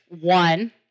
one